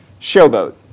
Showboat